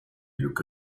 lücke